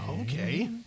Okay